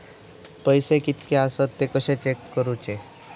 पैसे कीतके आसत ते कशे चेक करूचे?